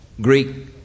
Greek